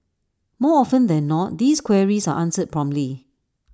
more often than not these queries are answered promptly